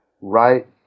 right